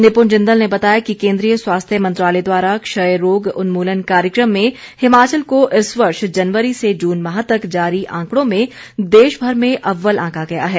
निपुण जिंदल ने बताया कि केंद्रीय स्वास्थ्य मंत्रालय द्वारा क्षय रोग उन्मूलन कार्यक्रम में हिमाचल को इस वर्ष जनवरी से जून माह तक जारी आंकड़ों में देशभर में अव्वल आंका गया है